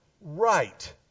right